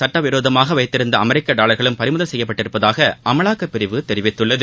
சட்டவிரோதமாக வைத்திருந்த அமெரிக்க டாவா்களும் பறிமுதல் செய்யப்பட்டிருப்பதாக அமலாக்கப்பிரிவு தெரிவித்துள்ளது